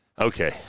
Okay